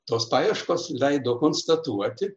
tos paieškos leido konstatuoti